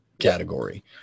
Category